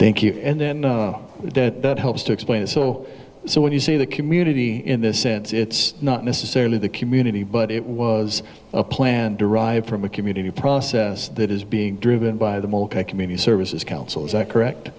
thank you and then that helps to explain it so so when you see the community in the sense it's not necessarily the community but it was a plan derived from a community process that is being driven by the mold community services council is that correct